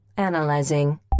Analyzing